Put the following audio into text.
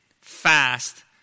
fast